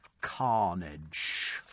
Carnage